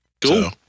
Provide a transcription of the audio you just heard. Cool